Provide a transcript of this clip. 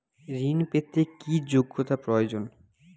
ঋণ পেতে কি যোগ্যতা প্রয়োজন?